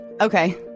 Okay